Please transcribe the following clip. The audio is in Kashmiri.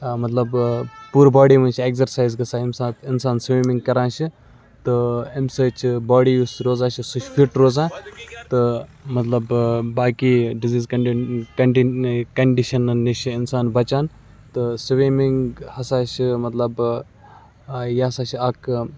مطلب پوٗرٕ باڈی منٛز چھِ ایگزَرسایز گژھان ییٚمہِ ساتہٕ اِنسان سِومِنٛگ کَران چھِ تہٕ اَمہِ سۭتۍ چھِ باڈی یُس روزان چھِ سُہ چھِ فِٹ تہٕ مطلب باقی ڈِزیٖز کَنڈِشَنَن نِش چھِ اِنسان بَچان تہٕ سِومِنٛگ ہَسا چھِ مطلب یہِ ہَسا چھِ اَکھ